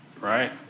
Right